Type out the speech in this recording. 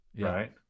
right